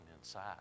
inside